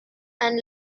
and